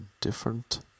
different